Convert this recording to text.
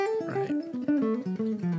Right